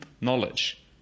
knowledge